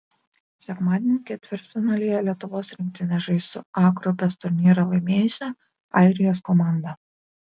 sekmadienį ketvirtfinalyje lietuvos rinktinė žais su a grupės turnyrą laimėjusia airijos komanda